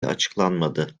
açıklanmadı